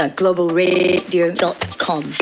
globalradio.com